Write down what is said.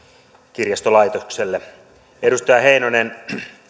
kirjastolaitokselle edustaja heinonen